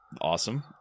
Awesome